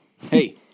Hey